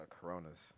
Coronas